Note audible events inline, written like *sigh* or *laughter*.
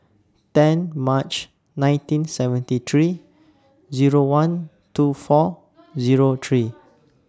ten March nineteen seventy three Zero one two four *noise* Zero three